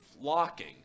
flocking